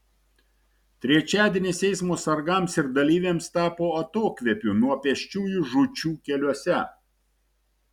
trečiadienis eismo sargams ir dalyviams tapo atokvėpiu nuo pėsčiųjų žūčių keliuose